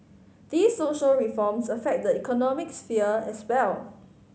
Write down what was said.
these social reforms affect the economic sphere as well